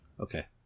Okay